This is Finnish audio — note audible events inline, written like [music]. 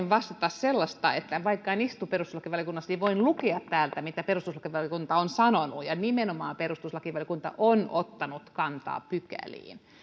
[unintelligible] vastata sellaista että vaikka en istu perustuslakivaliokunnassa niin voin lukea täältä mitä perustuslakivaliokunta on sanonut ja nimenomaan perustuslakivaliokunta on ottanut kantaa pykäliin